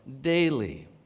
daily